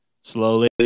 slowly